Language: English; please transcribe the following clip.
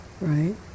right